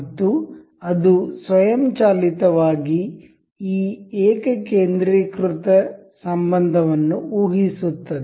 ಮತ್ತು ಅದು ಸ್ವಯಂಚಾಲಿತವಾಗಿ ಈ ಏಕಕೇಂದ್ರೀಕೃತ ಸಂಬಂಧವನ್ನು ಊಹಿಸುತ್ತದೆ